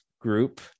group